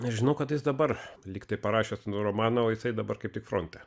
žinau kad jis dabar liktai parašęs romaną o jisai dabar kaip tik fronte